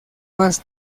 más